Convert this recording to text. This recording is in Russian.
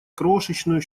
крошечную